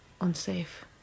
unsafe